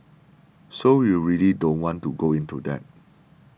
so you really don't want to go into that